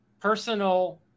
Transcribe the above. personal